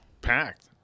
packed